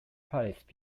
palace